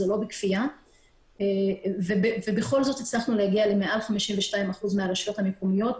זה לא בכפייה ובכל זאת הצלחנו להגיע למעל 52% מהרשויות המקומיות.